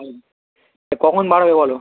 হুম তা কখন বার হবে বলো